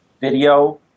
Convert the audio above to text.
video